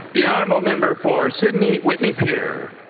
the honourable member for sydney-whitney pier.